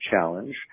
challenge